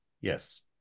yes